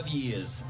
years